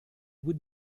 would